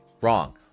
wrong